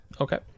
okay